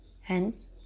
Hence